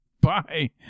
Bye